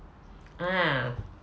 ah